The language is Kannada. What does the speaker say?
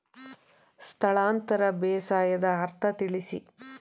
ಸ್ಥಳಾಂತರ ಬೇಸಾಯದ ಅರ್ಥ ತಿಳಿಸಿ?